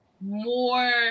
more